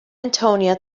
antonio